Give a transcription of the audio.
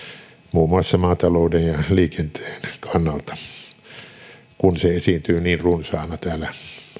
muun muassa maatalouden ja liikenteen kannalta kun se esiintyy niin runsaana täällä